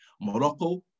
Morocco